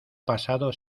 pasado